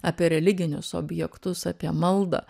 apie religinius objektus apie maldą